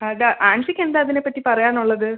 അത് ആൻസിക്കെന്താ അതിനെപ്പറ്റി പറയാനുള്ളത്